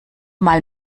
mal